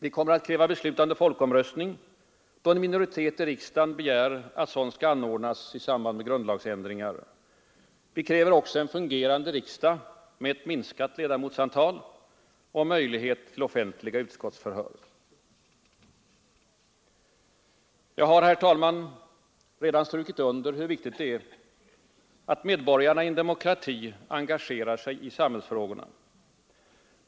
Vi kommer att kräva beslutande folkomröstning, då en minoritet i riksdagen begär att sådan skall anordnas i samband med grundlagsändringar. Vi kräver också en fungerande riksdag med minskat ledamotsantal och möjlighet till offentliga utskottsförhör. Jag har, herr talman, redan strukit under hur viktigt det är att medborgarna i en demokrati engagerar sig i samhällsfrågorna.